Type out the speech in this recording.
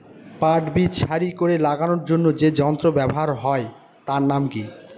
পাট বীজ সারি করে লাগানোর জন্য যে যন্ত্র ব্যবহার হয় তার নাম কি?